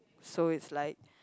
so it's like